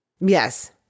Yes